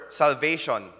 salvation